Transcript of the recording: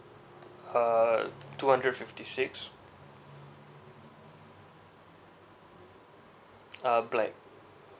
uh two hundred fifty six uh black